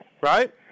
Right